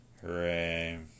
Hooray